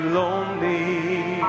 lonely